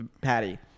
patty